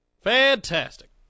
Fantastic